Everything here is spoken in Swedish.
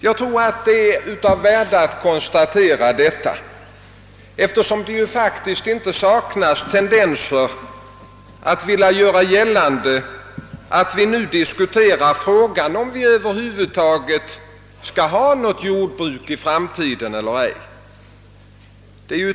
Jag tror att det är av värde att konstatera detta, eftersom det faktiskt inte saknas tendenser att vilja göra gällande att vi nu diskuterar frågan om vi över huvud taget skall ha något jordbruk i framtiden eller ej.